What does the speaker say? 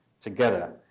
together